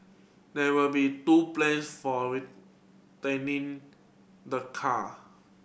there will be two plans for returning the car